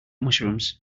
mushrooms